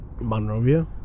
Monrovia